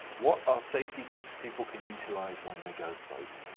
what are safety tips people can utilize when they go boating?